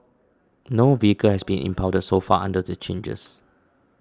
no vehicle has been impounded so far under the changes